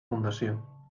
fundació